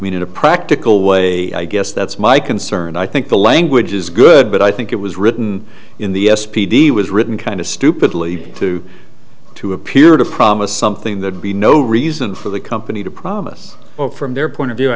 mean in a practical way i guess that's my concern and i think the language is good but i think it was written in the s p d was written kind of stupidly to to appear to promise something that would be no reason for the company to promise or from their point of view i